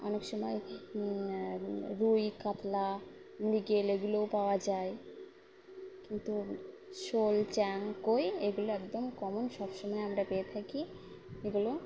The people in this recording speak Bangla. অনেক সময় রুই কাতলা মৃগেল এগুলোও পাওয়া যায় কিন্তু শোল চ্যাং কই এগুলো একদম কমন সব সময় আমরা পেয়ে থাকি এগুলো